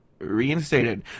Reinstated